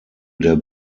der